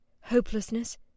Hopelessness